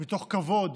מתוך כבוד